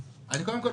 חבל.